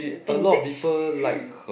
vintage